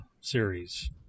series